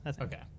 Okay